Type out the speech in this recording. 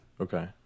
okay